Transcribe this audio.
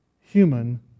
human